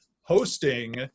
hosting –